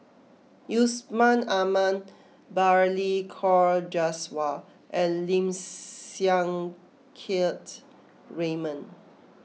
Yusman Aman Balli Kaur Jaswal and Lim Siang Keat Raymond